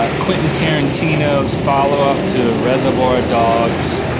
ah quentin tarantino's follow up to a reservoir ah dogs.